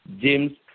James